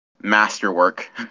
masterwork